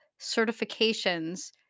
certifications